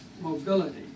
mobility